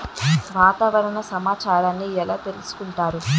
వాతావరణ సమాచారాన్ని ఎలా తెలుసుకుంటారు?